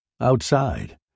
Outside